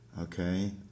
okay